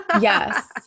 Yes